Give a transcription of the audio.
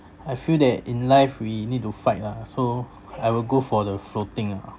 I feel that in life we need to fight lah so I will go for the floating ah